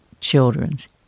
children's